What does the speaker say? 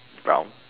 brown